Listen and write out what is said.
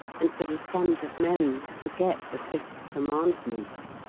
and for the sons of men to forget the fifth commandment!